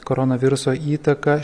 koronaviruso įtaka